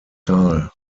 tal